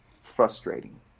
frustrating